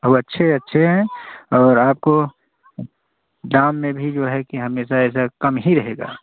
अब अच्छे अच्छे हैं और आपको दाम में भी जो है कि हमेशा ऐसा कम ही रहेगा